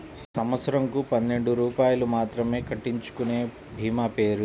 సంవత్సరంకు పన్నెండు రూపాయలు మాత్రమే కట్టించుకొనే భీమా పేరు?